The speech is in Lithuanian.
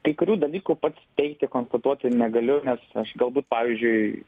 kai kurių dalykų pats teigti konstatuoti negaliu nes aš galbūt pavyzdžiui